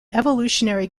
evolutionary